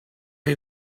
chi